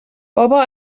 بابا